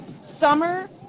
summer